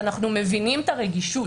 כשאנחנו מבינים את הרגישות